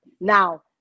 now